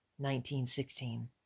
1916